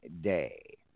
Day